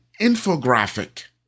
infographic